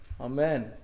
Amen